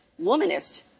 womanist